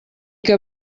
que